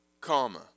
Comma